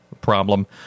problem